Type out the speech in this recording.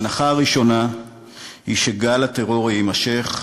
ההנחה הראשונה היא שגל הטרור יימשך,